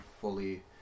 fully